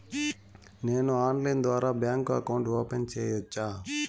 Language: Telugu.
నేను ఆన్లైన్ ద్వారా బ్యాంకు అకౌంట్ ఓపెన్ సేయొచ్చా?